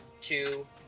two